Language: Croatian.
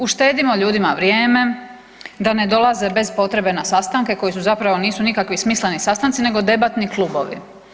Uštedimo ljudima vrijeme da ne dolaze bez potrebe na sastanke koji su zapravo, nisu nikakvi smisleni sastanci nego debatni klubovi.